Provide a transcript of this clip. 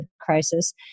crisis